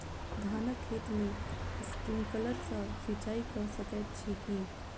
धानक खेत मे स्प्रिंकलर सँ सिंचाईं कऽ सकैत छी की?